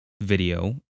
video